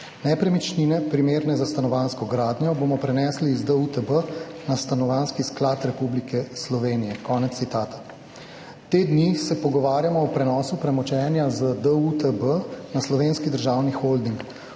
Nepremičnine primerne za stanovanjsko gradnjo bomo prenesli z DUTB na Stanovanjski sklad Republike Slovenije.« Konec citata. Te dni se pogovarjamo o prenosu premoženja z DUTB na Slovenski državni holding,